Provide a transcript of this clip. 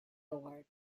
award